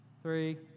three